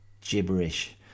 gibberish